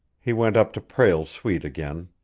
he went up to prale's suite again.